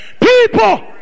People